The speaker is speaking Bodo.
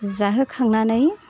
जाहोखांनानै